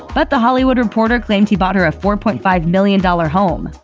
but the hollywood reporter claimed he bought her a four point five million dollars home.